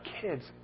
kids